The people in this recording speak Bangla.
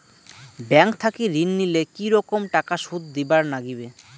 ব্যাংক থাকি ঋণ নিলে কি রকম টাকা সুদ দিবার নাগিবে?